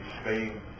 Spain